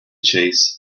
chase